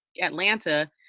Atlanta